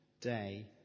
day